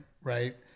right